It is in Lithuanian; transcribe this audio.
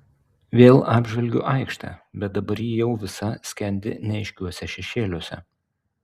vėl apžvelgiu aikštę bet dabar ji jau visa skendi neaiškiuose šešėliuose